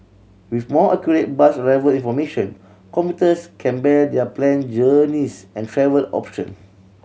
with more accurate bus arrival information commuters can better their plan journeys and travel option